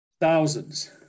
thousands